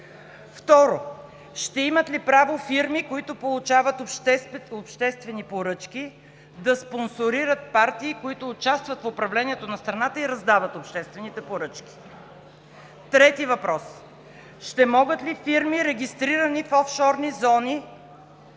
Второ, ще имат ли право фирми, които получават обществени поръчки, да спонсорират партии, които участват в управлението на страната и раздават обществените поръчки? Трето, ще могат ли фирми, регистрирани в офшорни зони,